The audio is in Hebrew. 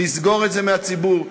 לסגור את זה לציבור.